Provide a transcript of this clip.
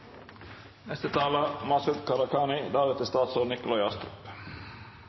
Neste taler er statsråd Astrup.